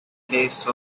place